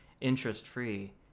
Interest-free